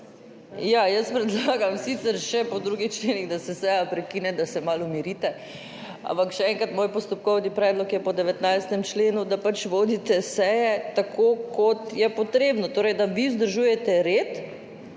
Jaz predlagam, sicer še po drugih členih, da se seja prekine, da se malo umirite. Ampak še enkrat, moj postopkovni predlog je po 19. členu, da pač vodite seje tako, kot je potrebno. Torej da vi vzdržujete red,